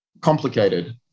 complicated